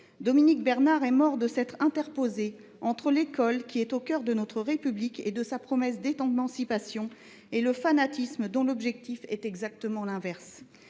Dominique Bernard est mort pour s’être interposé entre l’école, qui est au cœur de notre République et de sa promesse d’émancipation, et le fanatisme, dont l’objectif est exactement inverse.